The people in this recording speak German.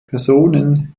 personen